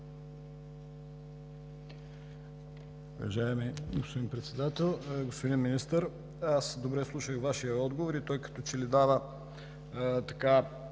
Уважаеми господи Председател, господин Министър! Добре изслушах Вашия отговор и той като че ли дава